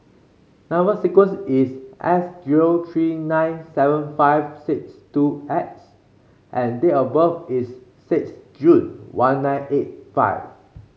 number sequence is S zero three nine seven five six two X and date of birth is six June one nine eight five